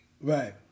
Right